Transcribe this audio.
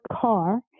car